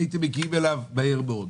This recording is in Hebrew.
הייתם מגיעים אליו מהר מאוד.